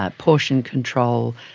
ah portion control,